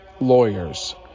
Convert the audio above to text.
Lawyers